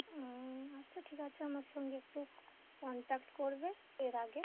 আচ্ছা ঠিক আছে আমার সঙ্গে একটু কন্ট্যাক্ট করবে এর আগে